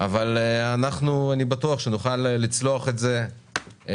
אבל אני בטוח שאנחנו נוכל לצלוח את זה ולהביא